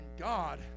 God